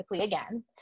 again